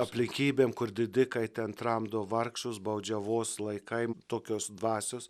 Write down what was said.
aplinkybėm kur didikai ten tramdo vargšus baudžiavos laikai tokios dvasios